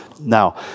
Now